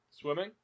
Swimming